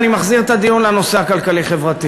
ואני מחזיר את הדיון לנושא הכלכלי-חברתי,